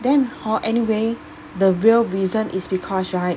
then hor anyway the real reason is because right